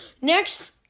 Next